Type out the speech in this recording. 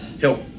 help